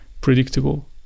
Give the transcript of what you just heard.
predictable